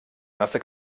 nasse